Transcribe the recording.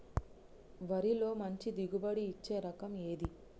వరిలో మంచి దిగుబడి ఇచ్చే రకం ఏది?